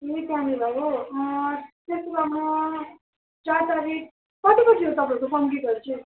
ए त्यहाँनिर हो ए त्यसो भए म चार तारिक कति बजी हो तपाईँको सङ्गीतहरू चाहिँ